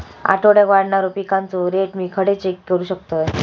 आठवड्याक वाढणारो पिकांचो रेट मी खडे चेक करू शकतय?